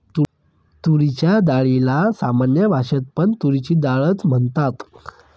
तुरीच्या डाळीला सामान्य भाषेत पण तुरीची डाळ च म्हणतात